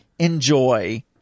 enjoy